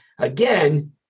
again